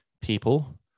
people